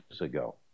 ago